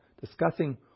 discussing